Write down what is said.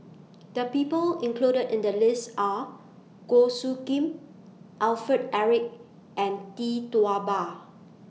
The People included in The list Are Goh Soo Khim Alfred Eric and Tee Tua Ba